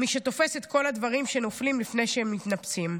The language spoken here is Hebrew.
מי שתופס את כל הדברים שנופלים לפני שהם מתנפצים,